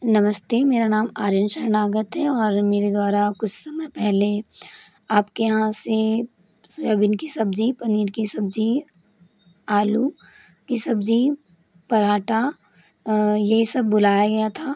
नमस्ते मेरा नाम आर्यन शरणागत है और मेरे द्वारा कुछ समय पहले आपके यहाँ से सोयाबीन की सब्जी पनीर की सब्जी आलू की सब्जी पराठा ये सब बुलाया गया था